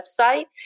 website